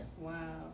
Wow